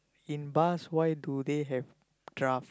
in bars why do they have draft